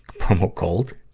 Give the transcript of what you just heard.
promo cold?